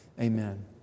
Amen